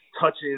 touches